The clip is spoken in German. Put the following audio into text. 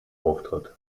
auftritt